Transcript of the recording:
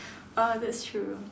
uh that's true lah